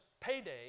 payday